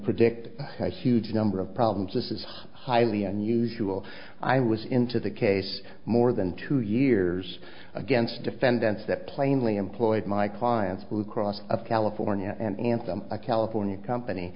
predict huge number of problems this is highly unusual i was into the case more than two years against defendants that plainly employed my clients blue cross of california and anthem a california company